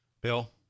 Bill